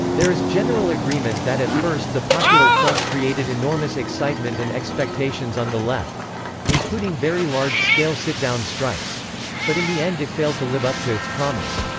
there is general agreement that at first the popular front created enormous excitement and expectations on the left including very large scale sitdown strikes but in the end it failed to live up to its promise.